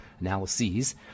analyses